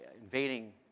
invading